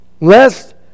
Lest